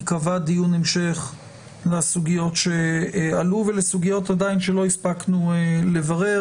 ייקבע דיון המשך לסוגיות שעלו ולסוגיות שעדיין לא הספקנו לברר.